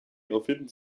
erfinden